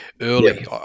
early